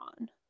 on